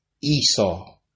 Esau